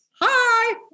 Hi